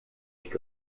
ich